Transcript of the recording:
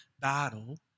battle